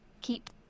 keep